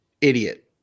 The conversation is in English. idiot